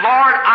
Lord